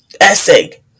essay